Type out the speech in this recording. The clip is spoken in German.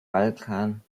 balkan